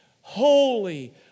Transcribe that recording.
Holy